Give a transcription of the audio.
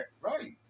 Right